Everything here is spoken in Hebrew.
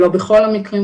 לא בכל המקרים,